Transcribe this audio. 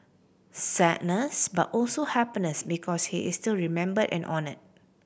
sadness but also happiness because he is still remembered and honoured